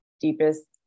deepest